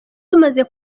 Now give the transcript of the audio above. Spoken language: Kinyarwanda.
tumaze